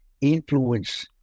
influence